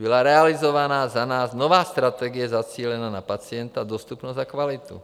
Byla realizována za nás nová strategie zacílená na pacienta, dostupnost a kvalitu.